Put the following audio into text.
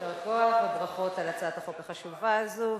יישר כוח וברכות על הצעת החוק החשובה הזאת.